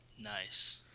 Nice